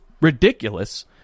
ridiculous